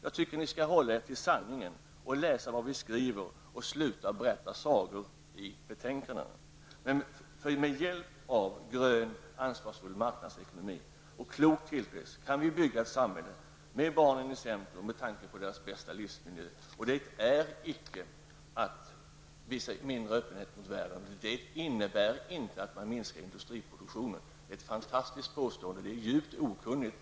Jag tycker att ni skall hålla er till sanningen, läsa vad vi skriver och sluta berätta sagor i betänkandena. Med hjälp av en grön, ansvarsfull marknadsekonomi och klok tillväxt kan vi bygga ett samhälle med barnen i centrum och med tanke på bästa möjliga livsmiljö för dem. Det är icke att visa mindre öppenhet mot världen. Det innebär inte att man minskar industriproduktionen. Det är ett fantastiskt påstående, och det är djupt okunnigt.